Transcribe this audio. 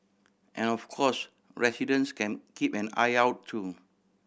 and of course residents can keep an eye out too